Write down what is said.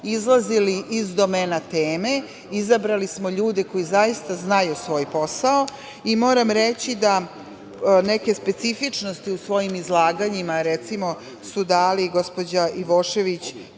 izlazili iz domena tema. Izabrali smo ljude koji zaista znaju svoj posao i moram reći da je neke specifičnosti u svojim izlaganjima, recimo, dala gospođa Ivošević,